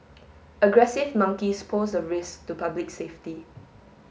aggressive monkeys pose a risk to public safety